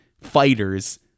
fighters